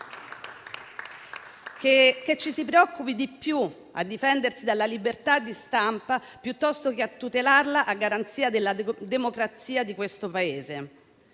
Ci si preoccupa più di difendersi dalla libertà di stampa che di tutelarla a garanzia della democrazia di questo Paese.